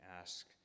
ask